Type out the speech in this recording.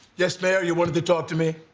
yes where you want to talk to me.